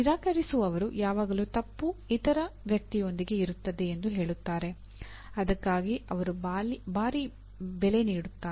ನಿರಾಕರಿಸುವವರು ಯಾವಾಗಲೂ ತಪ್ಪು ಇತರ ವ್ಯಕ್ತಿಯೊಂದಿಗೆ ಇರುತ್ತದೆ ಎಂದು ಹೇಳುತ್ತಾರೆ ಅದಕ್ಕಾಗಿ ಅವರು ಭಾರಿ ಬೆಲೆ ನೀಡುತ್ತಾರೆ